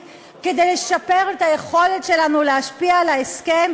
כדי לשפר את היכולת שלנו להשפיע על ההסכם,